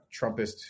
Trumpist